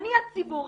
אני הציבור,